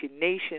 Nation